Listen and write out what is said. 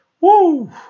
Woo